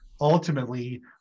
ultimately